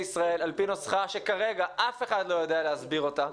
ישראל על פי נוסחה שכרגע אף אחד לא יודע להסביר אותה.